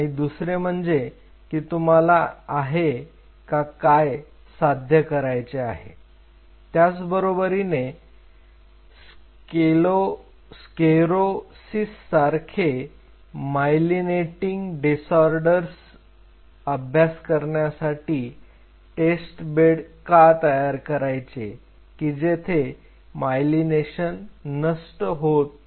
आणि दुसरे म्हणजे की तुम्हाला आहे का काय साध्य करायचे आहे त्याचबरोबरीने स्क्लेरोसिससारखे मायलिनेटिंग डीसोर्डरस अभ्यास करण्यासाठी टेस्टबेड का तयार करायचे की जेथे मायलीनेशन नष्ट होते